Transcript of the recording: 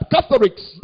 Catholics